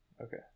Okay